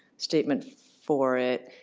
statement for it.